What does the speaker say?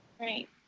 Right